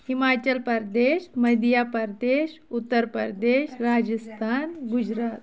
Himachal Pradesh Madhya Pradesh Uttar Pradesh Rajasthan Gujarat